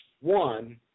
One